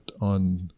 on